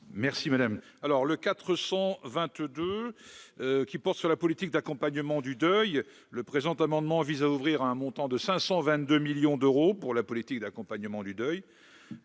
merci madame, alors le 422 qui porte sur la politique d'accompagnement du deuil, le présent amendement vise à ouvrir à un montant de 522 millions d'euros pour la politique d'accompagnement du deuil,